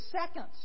seconds